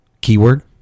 keyword